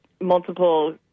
multiple